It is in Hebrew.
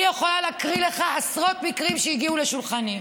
אני יכולה להקריא לך על עשרות מקרים שהגיעו לשולחני.